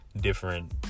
different